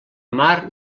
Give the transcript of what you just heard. mar